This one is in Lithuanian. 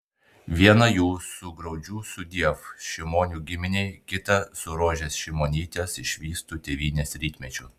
viena jų su graudžiu sudiev šimonių giminei kita su rožės šimonytės išvystu tėvynės rytmečiu